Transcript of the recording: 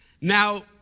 Now